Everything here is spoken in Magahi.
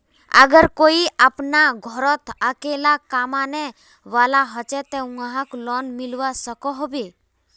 अगर कोई अपना घोरोत अकेला कमाने वाला होचे ते वाहक लोन मिलवा सकोहो होबे?